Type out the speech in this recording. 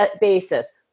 basis